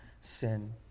sin